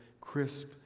crisp